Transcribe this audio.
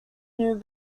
new